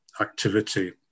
activity